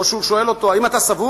או שהוא שואל אותו: "האם אתה סבור